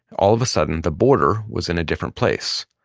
all of a sudden the border was in a different place.